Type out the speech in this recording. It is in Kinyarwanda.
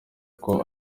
uko